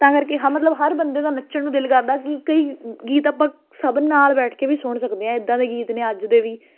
ਤਾਂ ਕਰਕੇ ਹਾਂ ਮਤਲਬ ਹਰ ਬੰਦੇ ਦਾ ਨੱਚਣ ਨੂੰ ਦਿਲ ਕਰਦਾ ਕਿ ਕਈ ਗੀਤ ਆਪਾਂ ਸਭ ਨਾਲ ਬੈਠ ਕੇ ਵੀ ਸੁਣ ਸਕਦੇ ਹਾਂ ਇੱਦਾਂ ਦੇ ਗੀਤ ਨੇ ਅੱਜ ਦੇ ਵੀ